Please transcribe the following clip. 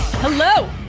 Hello